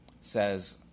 says